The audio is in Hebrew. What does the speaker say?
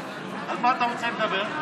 על מה אתה רוצה לדבר?